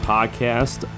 Podcast